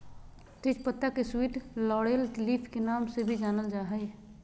तेज पत्ता के स्वीट लॉरेल लीफ के नाम से भी जानल जा हइ